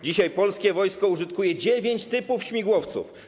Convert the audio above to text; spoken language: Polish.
Dzisiaj polskie wojsko użytkuje dziewięć typów śmigłowców.